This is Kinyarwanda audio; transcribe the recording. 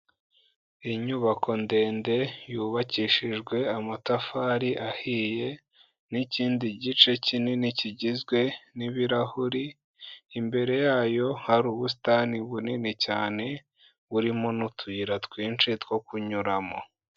Inyubako ndende yubakishijwe amatafari ahiye n'ikindi gice kinini kigizwe n'ibirahure, imbere yayo hari ubusitani bunini cyane burimo n'utuyira twinshi two kunyuramo.